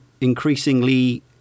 increasingly